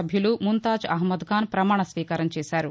సభ్యులు ముంతాజ్ అహ్మద్ఖాన్ ప్రమాణ స్వీకారం చేశారు